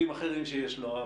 שיש לו.